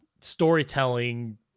storytelling